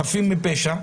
חפים מפשע,